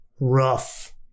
rough